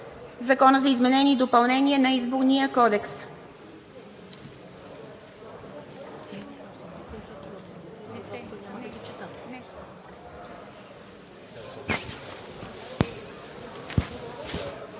Законопроект за изменение и допълнение на Изборния кодекс,